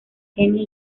kenia